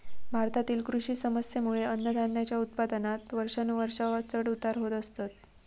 भारतातील कृषी समस्येंमुळे अन्नधान्याच्या उत्पादनात वर्षानुवर्षा चढ उतार होत असतत